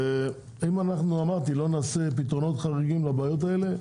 ואם אנחנו לא נעשה פתרונות חריגים לבעיות האלה,